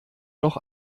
noch